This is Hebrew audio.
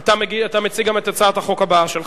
אתה מציג גם את הצעת החוק הבאה שלך,